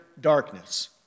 darkness